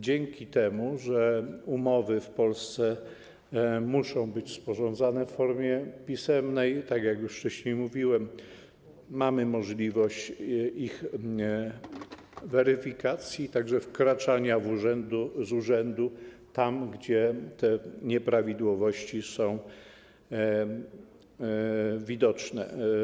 Dzięki temu, że umowy w Polsce muszą być sporządzane w formie pisemnej, tak jak już wcześniej mówiłem, mamy możliwość ich weryfikacji, a także wkraczania z urzędu tam, gdzie te nieprawidłowości są widoczne.